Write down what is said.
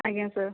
ଆଜ୍ଞା ସାର୍